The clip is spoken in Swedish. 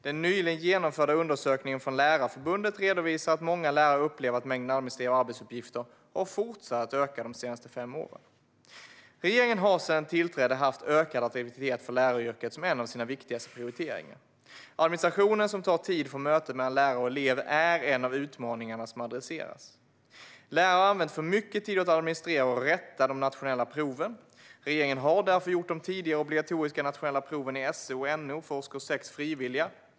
Den nyligen genomförda undersökningen från Lärarförbundet redovisar att många lärare upplever att mängden administrativa arbetsuppgifter har fortsatt att öka de senaste fem åren. Regeringen har sedan den tillträdde haft ökad attraktivitet för läraryrket som en av sina viktigaste prioriteringar. Administration som tar tid från mötet mellan lärare och elev är en av de utmaningar som adresseras. Lärare har använt för mycket tid åt att administrera och rätta de nationella proven. Regeringen har därför, genom en bred överenskommelse, gjort de tidigare obligatoriska nationella proven i SO och NO för årskurs 6 frivilliga.